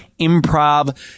Improv